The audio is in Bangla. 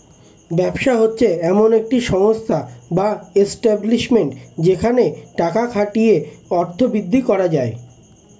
ব্যবসা হচ্ছে এমন একটি সংস্থা বা এস্টাব্লিশমেন্ট যেখানে টাকা খাটিয়ে অর্থ বৃদ্ধি করা যায়